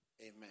Amen